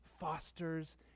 fosters